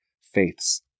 faiths